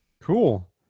Cool